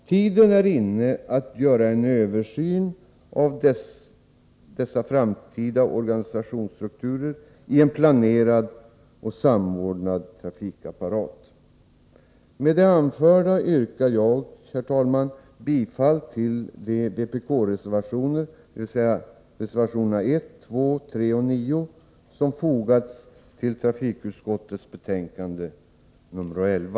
Tiden är inne att göra en översyn av dessa framtida organisationsstrukturer i en planerad och samordnad trafikapparat. Med det anförda yrkar jag, herr talman, bifall till de vpk-reservationer, dvs. reservationerna 1, 2, 3 och 9, som har fogats till trafikutskottets betänkande nr 11.